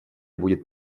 будет